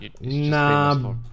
Nah